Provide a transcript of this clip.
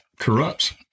corrupts